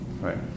right